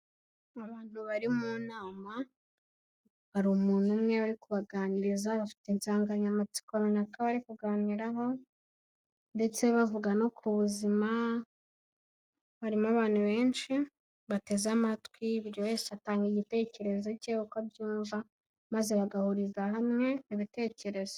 Abantu bari mu nama hari umuntu umwe uri kubaganiriza bafite insanganyamatsiko runaka bari kuganiraho, ndetse bavuga no ku buzima, harimo abantu benshi bateze amatwi buri wese atanga igitekerezo ke uko abyumva, maze bagahuriza hamwe ibitekerezo.